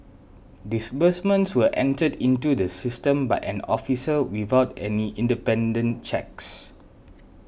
disbursements were entered into the system by an officer without any independent checks